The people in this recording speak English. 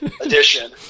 edition